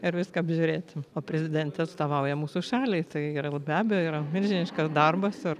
ir viską apžiūrėti o prezidentė atstovauja mūsų šaliai tai yra be abejo yra milžiniška darbas ir